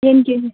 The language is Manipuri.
ꯌꯦꯟ ꯀꯦ ꯖꯤ